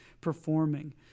performing